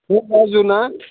नों राजु ना